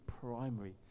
primary